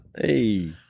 Hey